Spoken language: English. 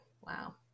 Wow